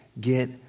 get